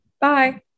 bye